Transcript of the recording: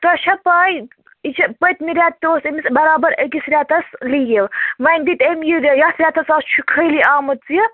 تۄہہِ چھا پَے یہِ چھِ پٔتۍمہِ رٮ۪تہٕ تہِ اوس أمِس برابر أکِس رٮ۪تَس لیٖو وۄنۍ دیُت أمۍ یہِ یَتھ رٮ۪تَس حظ چھِ خٲلی آمٕژ یہِ